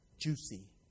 juicy